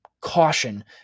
caution